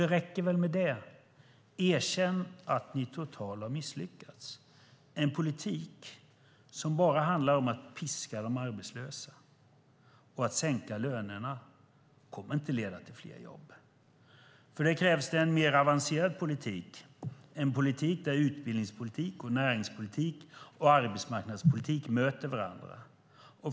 Det räcker väl med det. Erkänn att ni har misslyckats totalt! En politik som bara handlar om att piska de arbetslösa och sänka lönerna kommer inte att leda till fler jobb. För detta krävs en mer avancerad politik där utbildningspolitik, näringspolitik och arbetsmarknadspolitik möts.